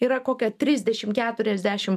yra kokia trisdešim keturiasdešim